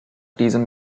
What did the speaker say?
diesem